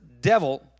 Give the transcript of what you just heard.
devil